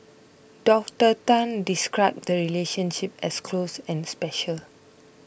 Doctor Tan described the relationships as close and special